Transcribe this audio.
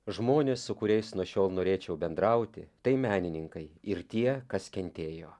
žmonės su kuriais nuo šiol norėčiau bendrauti tai menininkai ir tie kas kentėjo